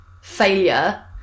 failure